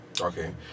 Okay